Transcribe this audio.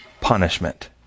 punishment